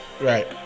right